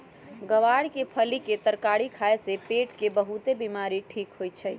ग्वार के फली के तरकारी खाए से पेट के बहुतेक बीमारी ठीक होई छई